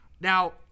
now